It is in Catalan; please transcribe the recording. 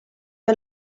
que